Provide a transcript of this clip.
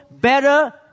better